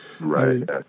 right